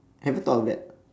have you though of that